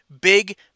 Big